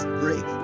break